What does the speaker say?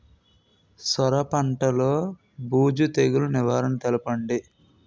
సొర పంటలో బూజు తెగులు నివారణ తెలపండి?